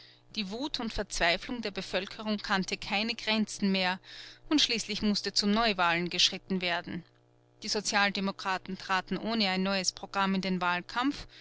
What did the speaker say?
die wut und verzweiflung der bevölkerung kannte keine grenzen mehr und schließlich mußte zu neuwahlen geschritten werden die sozialdemokraten traten ohne neues programm in den wahlkampf